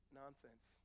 nonsense